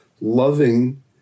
loving